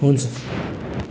हुन्छ